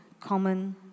common